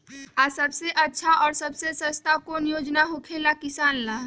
आ सबसे अच्छा और सबसे सस्ता कौन योजना होखेला किसान ला?